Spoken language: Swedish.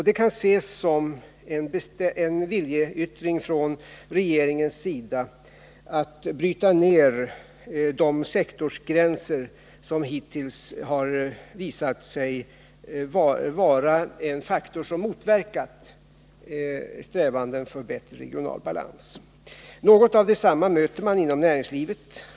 Det kan ses som en viljeyttring från regeringen för att bryta ner de sektorsgränser som hittills har visat sig vara en faktor som motverkat strävanden för bättre regional balans. Något av detsamma möter man inom näringslivet.